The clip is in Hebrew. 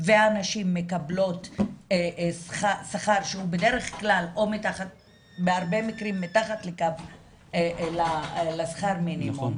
והנשים מקבלות שכר שהוא בהרבה מקרים מתחת לשכר מינימום,